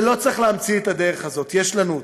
ולא צריך להמציא את הדרך הזאת, יש לנו אותה.